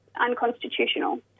unconstitutional